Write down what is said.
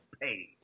paid